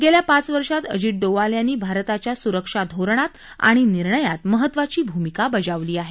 गेल्या पाच वर्षात अजित डोवाल यांनी भारताच्या सुरक्षा धोरणात आणि निर्णयात महत्वाची भूमिका बजावली आहे